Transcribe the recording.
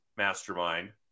mastermind